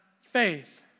faith